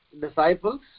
disciples